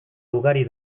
ugari